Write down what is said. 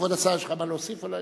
כבוד השר, יש לך מה להוסיף אולי?